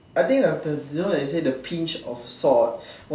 I think the that the one they say a pinch of salt